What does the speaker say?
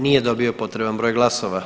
Nije dobio potreban broj glasova.